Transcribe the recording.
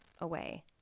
away